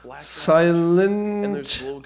Silent